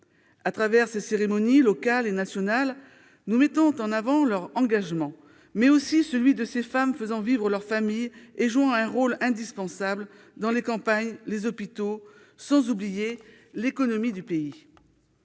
À travers ces cérémonies, locales et nationales, nous mettons en avant leur engagement, mais aussi celui de ces femmes faisant vivre leur famille et jouant un rôle indispensable dans les campagnes, les hôpitaux, sans oublier l'économie du pays.